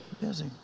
Busy